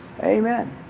Amen